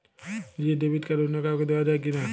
নিজের debit card অন্য কাউকে দেওয়া যায় কি না?